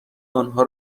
آنها